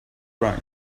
wrong